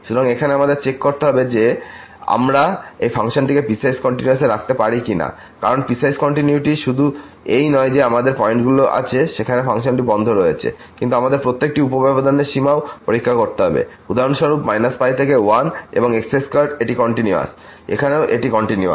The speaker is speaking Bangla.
সুতরাং এখন আমাদের চেক করতে হবে যে আমরা এই ফাংশনটিকেপিসওয়াইস কন্টিনিউয়াস এ রাখতে পারি কি না কারণপিসওয়াইস কন্টিনিউয়িটি শুধু এই নয় যে আমাদের এই পয়েন্টগুলো আছে যেখানে ফাংশনটি বন্ধ রয়েছে কিন্তু আমাদের প্রত্যেকটি উপ ব্যবধানে সীমাও পরীক্ষা করতে হবে উদাহরণস্বরূপ এখানে π থেকে 1 এর x2 এটি কন্টিনিউয়াস এখানেও এটি কন্টিনিউয়াস